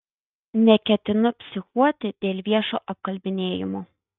neketinu psichuoti dėl viešo apkalbinėjimo